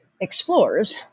explores